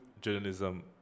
journalism